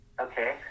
Okay